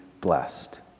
blessed